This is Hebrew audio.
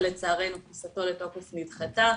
ולצערנו כניסתו לתוקף נדחתה,